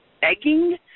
begging